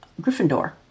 Gryffindor